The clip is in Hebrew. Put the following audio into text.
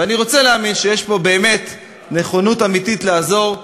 ואני רוצה להאמין שיש פה נכונות אמיתית לעזור,